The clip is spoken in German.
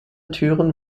türen